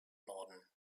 norden